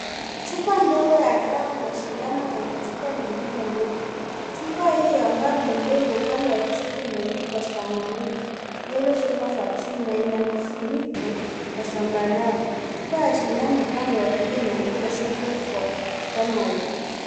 Chupa ndogo ya dawa na shindano yenye chupa, nyingine ndefu. Chupa hiyo ambayo ni ndefu, upande wa kushoto imeandikwa stamalin [vs]yellow fever vaccine na ina kifuniko ya zambarau. Chupa ya sindano upande wa kushoto imeandikwa sulphate for stamalin .